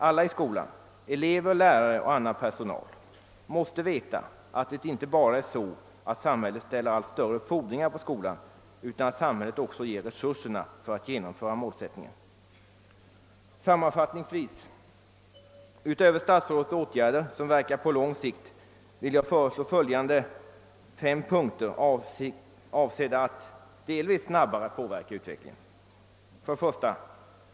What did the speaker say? Alla i skolan — elever, lärare och annan personal — måste veta att samhället inte bara ställer allt större fordringar på skolan utan att det också ger resurser för att förverkliga målen. Utöver de åtgärder, som statsrådet angav och vilka verkar på lång sikt, vill jag sammanfattningsvis föreslå följande fem punkter, avsedda att delvis påverka utvecklingen snabbare: 1.